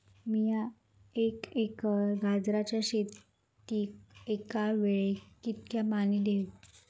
मीया एक एकर गाजराच्या शेतीक एका वेळेक कितक्या पाणी देव?